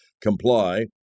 comply